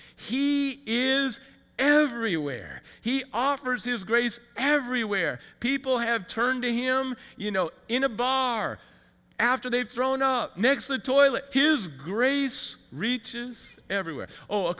he is everywhere he offers his grace everywhere people have turned to him you know in a bar after they've thrown up next the toilet his grace reaches everywhere oh of